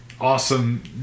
awesome